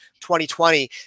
2020